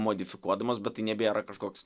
modifikuodamos bet tai nebėra kažkoks